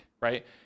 right